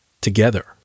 together